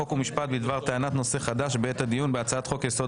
חוק ומשפט בדבר טענת נושא חדש בעת הדיון בהצעת חוק יסוד